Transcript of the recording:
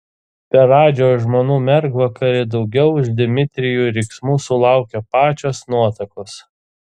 per radžio žmonų mergvakarį daugiau už dmitrijų riksmų sulaukė pačios nuotakos